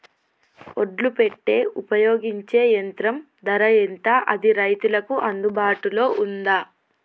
ఒడ్లు పెట్టే ఉపయోగించే యంత్రం ధర ఎంత అది రైతులకు అందుబాటులో ఉందా?